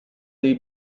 dei